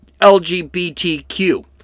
LGBTQ